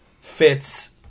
fits